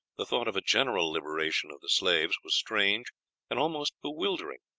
the thought of a general liberation of the slaves was strange and almost bewildering,